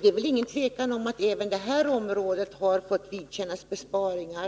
Det är väl inget tvivel om att även det här området har fått vidkännas besparingar!